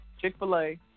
Chick-fil-A